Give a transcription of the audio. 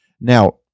Now